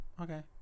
Okay